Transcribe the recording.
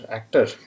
actor